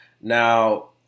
Now